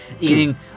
Eating